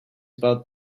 about